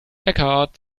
eckhart